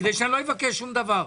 כדי שאני לא אבקש שום דבר.